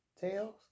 Tails